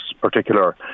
particular